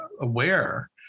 aware